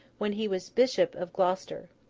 when he was bishop of gloucester.